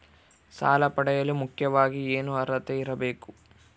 ಸಾಲ ಪಡೆಯಲು ಮುಖ್ಯವಾಗಿ ಏನು ಅರ್ಹತೆ ಇರಬೇಕು?